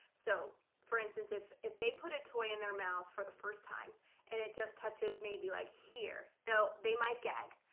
so for instance, if if they put a toy in their mouth for the first time and it just touches maybe like here, though they might gag,